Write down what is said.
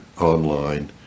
online